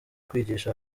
kwigisha